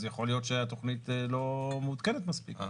אז יכול להיות שהתכנית לא מעודכנת מספיק.